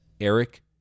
Eric